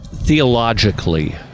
Theologically